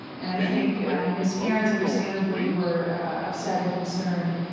and i think his parents, understandably, were upset and concerned,